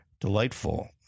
delightful